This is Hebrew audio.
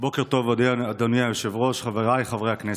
בוקר טוב, אדוני היושב-ראש, חבריי חברי הכנסת.